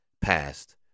past